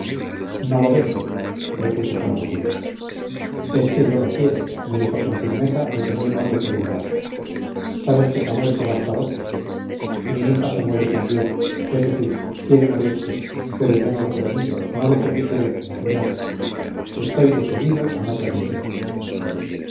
no lo vendo repuse con orgullo es que yo lo quiero me dijo con firmeza deteniéndome por un brazo sabes que se ha muerto gasparó mi hija se muere también es decir quiere morirse pero yo no lo permito no lo permitiré no señor estoy decidido a no permitirlo